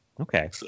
Okay